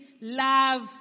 love